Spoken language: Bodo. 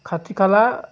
खाथि खाला